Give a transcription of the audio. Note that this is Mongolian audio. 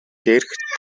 дээрх